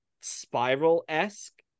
spiral-esque